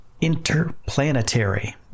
interplanetary